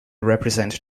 represent